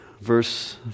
verse